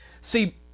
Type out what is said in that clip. See